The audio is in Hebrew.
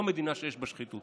לא למדינה שיש בה שחיתות.